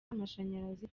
amashanyarazi